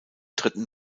dritten